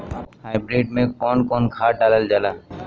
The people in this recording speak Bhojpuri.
हाईब्रिड में कउन कउन खाद डालल जाला?